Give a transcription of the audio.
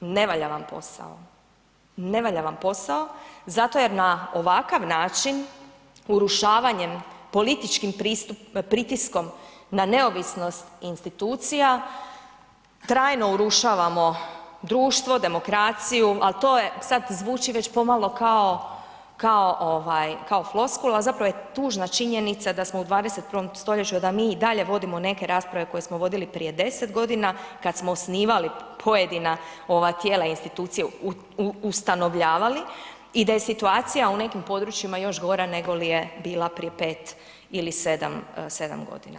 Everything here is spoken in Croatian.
Ne valja vam posao, ne valja vam posao zato jer na ovakav način urušavanjem, političkom pritiskom na neovisnost institucija trajno urušavamo društvo, demokraciju ali to je, sad zvuči već pomalo kao floskula a zapravo je tužna činjenica da smo u 21. stoljeću a da mi i dalje vodimo neke rasprave koje smo vodili prije 10 godina kada smo osnivali pojedina tijela institucije ustanovljavali i da je situacija u nekim područjima još godina nego li je bila prije 5 ili 7 godina.